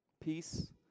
Peace